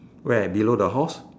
where below the horse